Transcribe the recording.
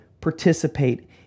participate